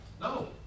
No